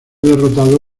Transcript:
derrotado